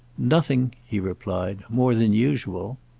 nothing, he replied, more than usual.